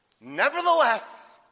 Nevertheless